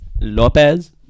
Lopez